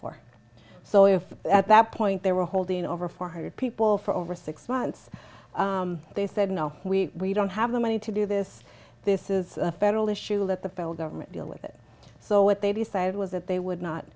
for so if at that point they were holding over four hundred people for over six months they said no we don't have the money to do this this is a federal issue let the federal government deal with it so what they decided was that they would not